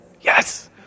Yes